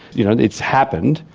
you know, it's happened,